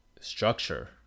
structure